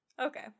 okay